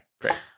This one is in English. great